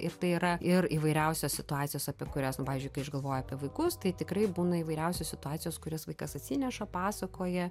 ir tai yra ir įvairiausios situacijos apie kurias nu pavyzdžiui kai aš galvoju apie vaikus tai tikrai būna įvairiausios situacijos kurias vaikas atsineša pasakoja